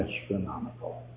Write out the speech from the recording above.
astronomical